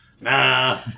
Nah